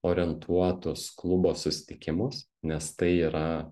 orientuotus klubo susitikimus nes tai yra